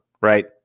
right